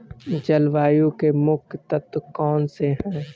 जलवायु के मुख्य तत्व कौनसे हैं?